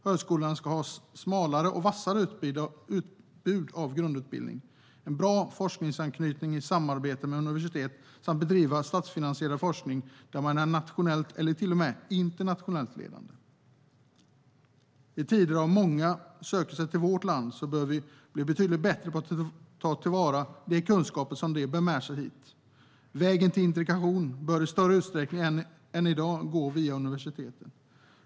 Högskolorna ska ha ett smalare och vassare utbud av grundutbildning, en bra forskningsanknytning i samarbete med universitet samt bedriva statsfinansierad forskning, där man är nationellt eller till och med internationellt ledande. I tider när många söker sig till vårt land bör vi bli betydligt bättre på att ta till vara de kunskaper som de bär med sig hit. Vägen till integration bör i större utsträckning än i dag gå via universiteten.